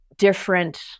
different